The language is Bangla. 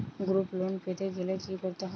গ্রুপ লোন পেতে গেলে কি করতে হবে?